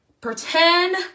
pretend